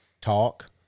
talk